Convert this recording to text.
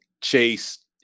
chase